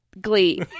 Glee